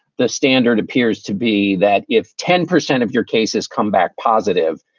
the standard appears to be that if ten percent of your cases come back positive,